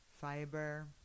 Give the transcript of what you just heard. fiber